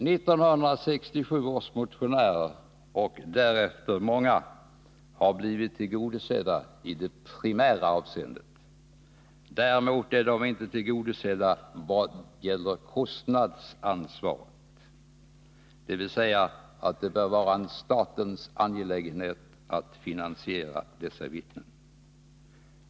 1967 års motionärer och många därefter har blivit tillgodosedda i det primära avseendet. Däremot är de inte tillgodosedda vad gäller kostnadsansvaret, dvs. att det bör vara en statens angelägenhet att finansiera dessa vittnen.